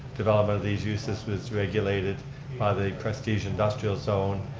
development of these uses was regulated by the prestige industrial zone.